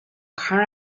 car